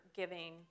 giving